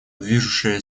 движущая